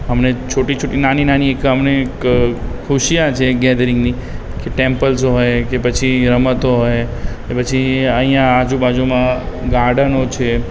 અમને છોટી છોટી નાની નાની એક અમને એક ખુશીઓ છે ગેધરિંગની કે ટૅમ્પલ્સ હોય કે પછી રમતો હોય કે પછી અહીયાં આજુબાજુમાં ગાર્ડનો છે